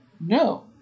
no